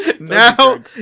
Now